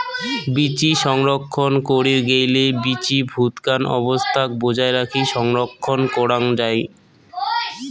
বীচি সংরক্ষণ করির গেইলে বীচি ভুতকান অবস্থাক বজায় রাখি সংরক্ষণ করাং যাই